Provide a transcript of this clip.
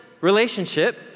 relationship